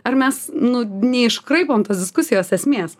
ar mes nu neiškraipom tos diskusijos esmės